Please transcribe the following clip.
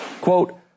Quote